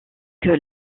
que